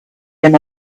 him